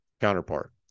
counterpart